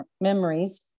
memories